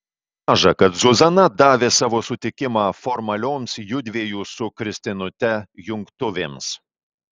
maža kad zuzana davė savo sutikimą formalioms judviejų su kristinute jungtuvėms